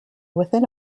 within